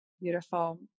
Beautiful